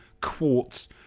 quartz